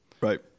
Right